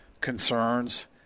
concerns